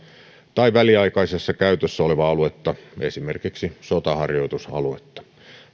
tai väliaikaisessa käytössä olevaa aluetta esimerkiksi sotaharjoitusaluetta